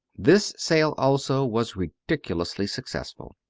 this sale also was ridiculously successful.